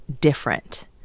different